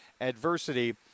adversity